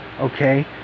okay